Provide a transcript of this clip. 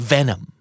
Venom